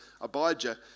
Abijah